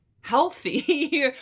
healthy